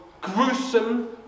gruesome